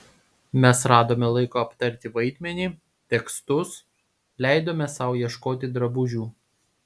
mes radome laiko aptarti vaidmenį tekstus leidome sau ieškoti drabužių